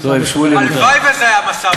מה זה אם לא הונאה בחסות